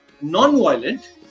non-violent